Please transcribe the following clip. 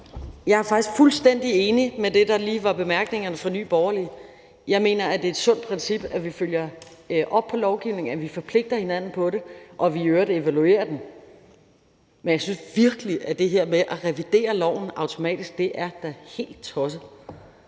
Jeg er faktisk fuldstændig enig i det, der lige var bemærkningerne fra Nye Borgerlige. Jeg mener, at det er et sundt princip, at vi følger op på lovgivningen, at vi forpligter hinanden på det, og at vi i øvrigt evaluerer den. Men jeg synes virkelig, at det her med at revidere loven automatisk er helt tosset.